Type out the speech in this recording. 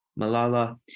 malala